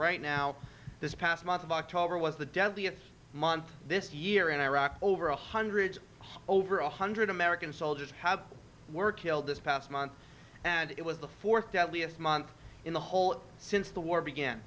right now this past month of october was the deadliest month this year in iraq over a hundred over one hundred american soldiers have were killed this past month and it was the fourth deadliest month in the whole since the war began